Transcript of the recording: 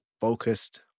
focused